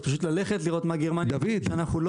אז פשוט ללכת לראות מה גרמניה עושים שאנחנו לא.